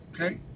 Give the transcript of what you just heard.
Okay